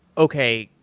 okay.